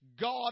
God